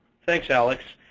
thanks, alex.